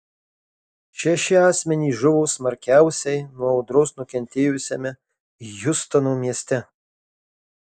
šeši asmenys žuvo smarkiausiai nuo audros nukentėjusiame hjustono mieste